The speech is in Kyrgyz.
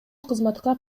кызматка